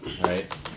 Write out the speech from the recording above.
right